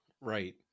Right